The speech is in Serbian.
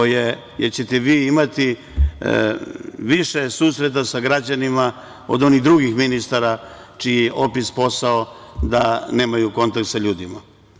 Vi ćete imati više susreta sa građanima od onih drugih ministara, čiji je opis posla da nemaju kontakt sa ljudima.